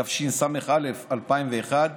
התשס"א 2001,